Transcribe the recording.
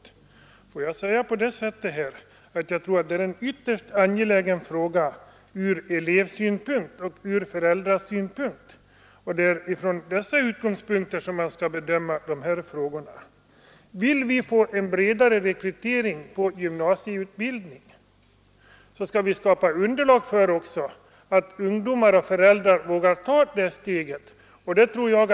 Då vill jag säga så här: Det är en ytterst angelägen fråga från elevoch föräldrasynpunkt, och man skall därför bedöma frågan mot den bakgrunden. Om vi vill få en bredare rekrytering till gymnasieutbildningen, så skall vi också skapa ett underlag som gör att ungdomarna och föräldrarna vågar ta steget till denna utbildning.